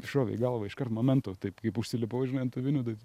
šovė į galvą iškart momento taip kaip užsilipau žinai ant tų vinių tai